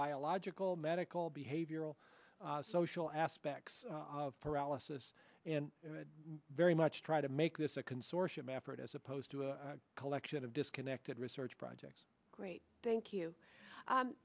biological medical behavioral social aspects of paralysis and very much try to make this a consortium effort as opposed to a collection of disconnected research projects great thank you